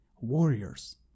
warriors